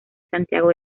santiago